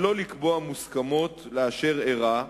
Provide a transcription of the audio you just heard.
שלא לקבוע מוסכמות לאשר אירע,